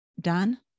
done